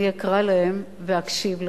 אני אקרא להם ואקשיב להם.